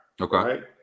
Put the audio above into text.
Okay